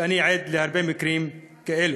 ואני עד להרבה מקרים כאלה,